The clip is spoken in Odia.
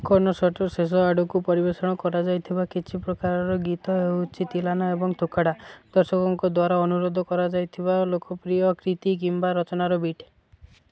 କନସର୍ଟର ଶେଷ ଆଡ଼କୁ ପରିବେଷଣ କରାଯାଇଥିବା କିଛି ପ୍ରକାରର ଗୀତ ହେଉଛି ତିଲାନା ଏବଂ ଥୁକ୍କାଡ଼ା ଦର୍ଶକଙ୍କ ଦ୍ୱାରା ଅନୁରୋଧ କରାଯାଇଥିବା ଲୋକପ୍ରିୟ କ୍ରିତି କିମ୍ବା ରଚନାର ବିଟ୍